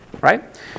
right